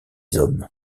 hommes